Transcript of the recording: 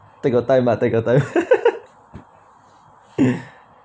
take your time ah take your time